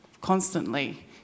constantly